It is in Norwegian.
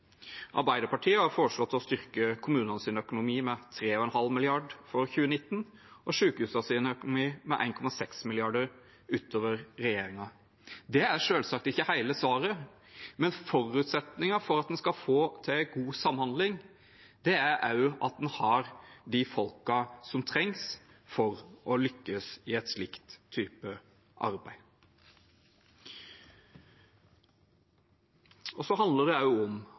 Arbeiderpartiet har for 2019 foreslått å styrke kommunenes økonomi med 3,5 mrd. kr og sykehusenes økonomi med 1,6 mrd. kr mer enn regjeringen. Det er selvsagt ikke hele svaret, men forutsetningen for at en skal få til god samhandling er også at en har de folkene som trengs for å lykkes i en slik type arbeid. Så handler det også om